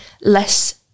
less